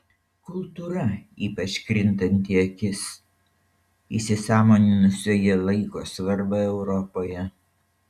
kultūra ypač krintanti į akis įsisąmoninusioje laiko svarbą europoje